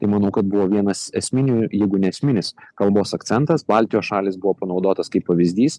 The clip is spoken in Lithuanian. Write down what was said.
tai manau kad buvo vienas esminių jeigu ne esminis kalbos akcentas baltijos šalys buvo panaudotas kaip pavyzdys